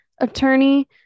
attorney